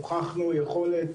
הוכחנו יכולת,